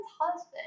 husband